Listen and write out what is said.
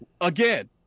again